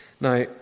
Now